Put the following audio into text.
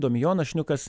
domijonas šniukas